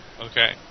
Okay